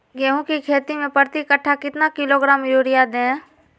गेंहू की खेती में प्रति कट्ठा कितना किलोग्राम युरिया दे?